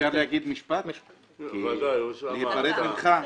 רק משפט להיפרד ממך.